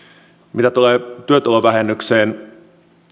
mitä tulee työtulovähennykseen